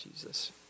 Jesus